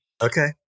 Okay